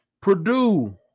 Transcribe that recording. Purdue